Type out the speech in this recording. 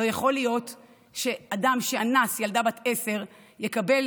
לא יכול להיות שאדם שאנס ילדה בת עשר יקבל